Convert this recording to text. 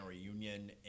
reunion